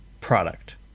product